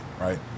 right